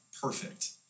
perfect